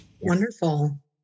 Wonderful